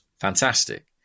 fantastic